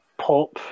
pop